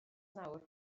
nawr